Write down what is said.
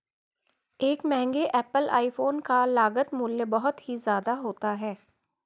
एक महंगे Apple iPhone का लागत मूल्य बहुत ही ज्यादा होता है